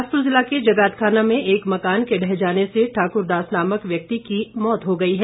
बिलासपुर ज़िला के जगातखाना में एक मकान के ढह जाने से ठाकरदास नामक व्यक्ति की मौत हो गई है